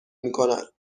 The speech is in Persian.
میکند